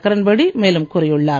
கிரண் பேடி மேலும் கூறியுள்ளார்